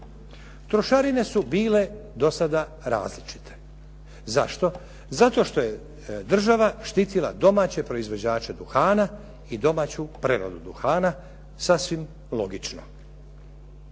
Trošarine su bile do sada različite. Zašto? Zato što je država štitila domaće proizvođače duhana i domaću preradu duhana, sasvim logično.